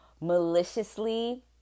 maliciously